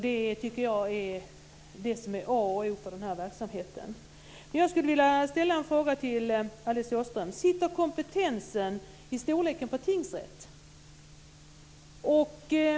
Det tycker jag är A och O för den här verksamheten. Sitter kompetensen i storleken på tingsrätt?